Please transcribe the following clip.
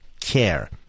care